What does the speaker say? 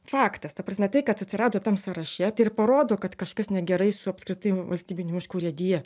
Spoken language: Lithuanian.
faktas ta prasme kad atsirado tam sąraše tai ir parodo kad kažkas negerai su apskritai valstybinių miškų urėdija